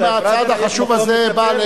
הצעד החשוב הזה בא,